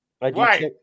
Right